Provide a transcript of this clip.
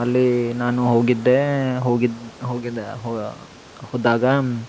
ಅಲ್ಲಿ ನಾನು ಹೋಗಿದ್ದೆ ಹೋಗಿದ್ ಹೋಗಿದ ಹೋದಾಗ